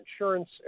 insurance